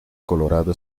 colorado